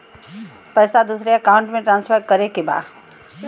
पैसा दूसरे अकाउंट में ट्रांसफर करें के बा?